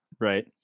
Right